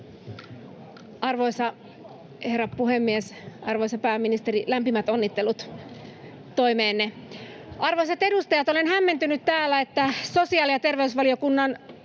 Arvoisa herra puhemies! Arvoisa pääministeri, lämpimät onnittelut toimeenne. Arvoisat edustajat! Olen hämmentynyt siitä, että sosiaali- ja terveysvaliokunnan